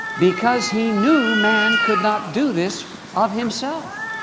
because he knew man could not do this of himself.